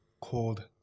called